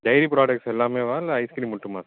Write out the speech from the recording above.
dairy products எல்லாமேவா இல்லை ice cream மட்டுமா சார்